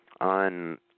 on